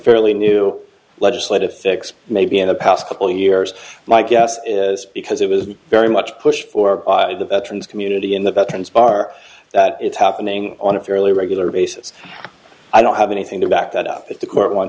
fairly new legislative fix maybe in the past couple years my guess is because it was very much pushed for the veterans community in the veterans are that it's happening on a fairly regular basis i don't have anything to back that up if the court